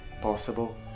possible